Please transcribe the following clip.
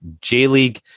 J-League